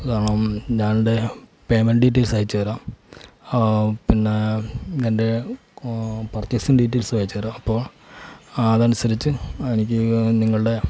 കാരണം ഞാൻ എൻ്റെ പേയ്മെൻ്റ് ഡീറ്റെയിൽസ് അയച്ചു തരാം പിന്നെ എൻ്റെ പർച്ചേസിങ്ങ് ഡീറ്റെയിൽസും അയച്ചു തരാം അപ്പോൾ അതനുസരിച്ച് എനിക്ക് നിങ്ങളുടെ